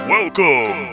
Welcome